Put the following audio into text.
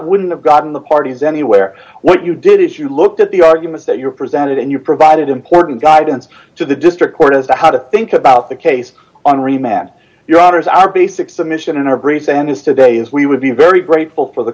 wouldn't have gotten the parties anywhere what you did is you looked at the arguments that you were presented and you provided important guidance to the district court as to how to think about the case on remapped your daughter's our basic submission in our brains and is today as we would be very grateful for the